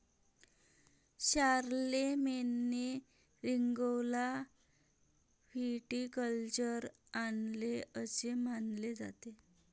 शारलेमेनने रिंगौला व्हिटिकल्चर आणले असे मानले जाते